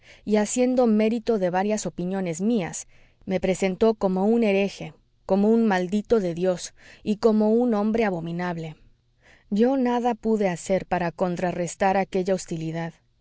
y haciendo mérito de varias opiniones mías me presentó como un hereje como un maldito de dios y como un hombre abominable yo nada pude hacer para contrarrestar aquella hostilidad